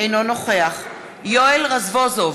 אינו נוכח יואל רזבוזוב,